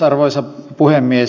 arvoisa puhemies